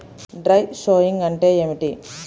Dry sowing అంటే ఏమిటి?